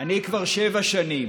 אני כבר שבע שנים.